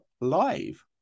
live